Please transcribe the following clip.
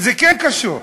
זה כן קשור.